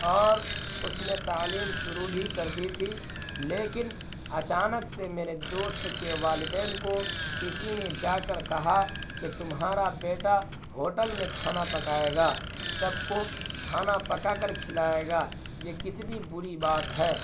اور اس نے تعلیم شروع بھی کر دی تھی لیکن اچانک سے میرے دوست کے والدین کو کسی نے جا کر کہا کہ تمہارا بیٹا ہوٹل میں کھانا پکائے گا سب کو کھانا پکا کر کھلائے گا یہ کتنی بری بات ہے